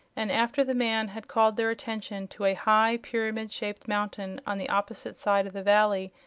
and after the man had called their attention to a high, pyramid-shaped mountain on the opposite side of the valley,